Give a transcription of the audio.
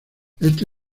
este